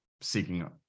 seeking